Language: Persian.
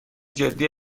جدی